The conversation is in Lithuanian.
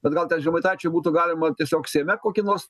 bet gal ten žemaitaičiui būtų galima tiesiog seime kokį nors